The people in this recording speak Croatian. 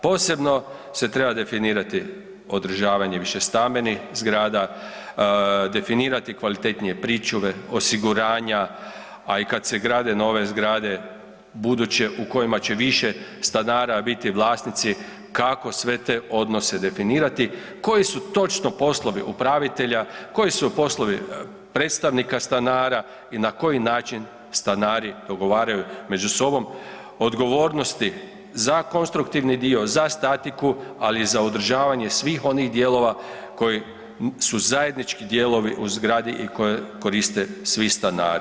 Posebno se treba definirati održavanje višestambenih zgrada, definirati kvalitetnije pričuve, osiguranja, a i kad se grade nove zgrade buduće u kojima će više stanara biti vlasnici, kako sve te odnose definirati, koji su točno poslovi upravitelja, koji su poslovi predstavnika stanara i na koji način stanari dogovaraju među sobom odgovornosti za konstruktivni dio za statiku, ali i za održavanje svih onih dijelova koji su zajednički dijelovi u zgradi i koje koriste svi stanari.